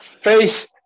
Face